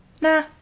nah